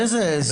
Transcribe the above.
איזה עז?